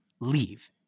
leave